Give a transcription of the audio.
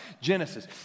Genesis